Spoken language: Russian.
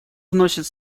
вносит